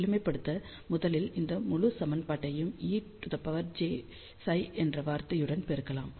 எளிமைப்படுத்த முதலில் இந்த முழு சமன்பாட்டையும் e jψ என்ற வார்த்தையுடன் பெருக்கலாம்